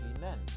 men